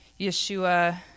Yeshua